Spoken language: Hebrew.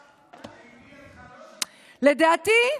לדעתי,